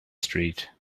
street